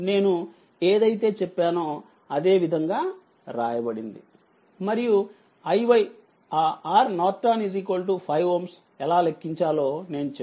నేను ఏదైతే చెప్పానో అదే విధంగా వ్రాయబడింది మరియు iyఆ RN 5 Ω ఎలా లెక్కించాలో నేను చెప్పాను